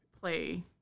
play